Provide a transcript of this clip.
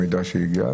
המידע שהגיע אלינו,